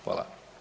Hvala.